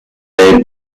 they